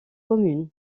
communes